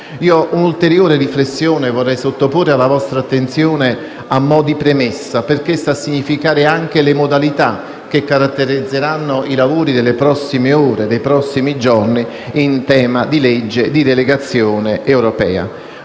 un'ulteriore riflessione alla vostra attenzione, a mo' di premessa, perché sta a significare anche le modalità che caratterizzeranno i lavori delle prossime ore e dei prossimi giorni in tema di legge di delegazione europea.